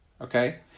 okay